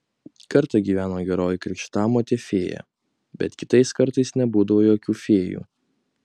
kartą gyveno geroji krikštamotė fėja bet kitais kartais nebūdavo jokių fėjų